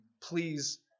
please